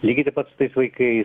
lygiai taip pat su tais vaikais